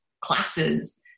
classes